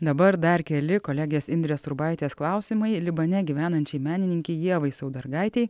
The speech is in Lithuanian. dabar dar keli kolegės indrės urbaitės klausimai libane gyvenančiai menininkei ievai saudargaitei